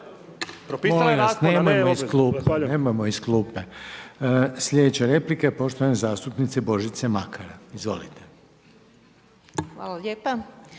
Hvala